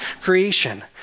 creation